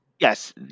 Yes